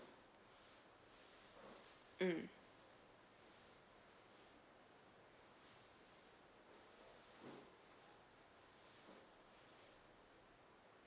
mm